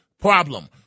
problem